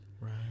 Right